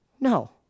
No